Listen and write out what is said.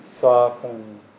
soften